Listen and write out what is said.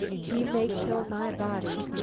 he may kill my body,